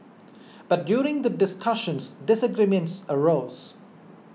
but during the discussions disagreements arose